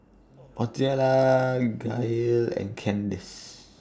Ozella Gail and Candis